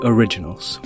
Originals